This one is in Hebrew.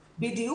נניח,